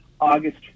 August